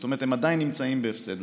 זאת אומרת, הם עדיין נמצאים בהפסד.